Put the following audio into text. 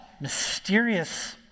mysterious